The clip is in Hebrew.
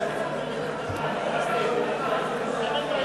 לסעיף 40(4)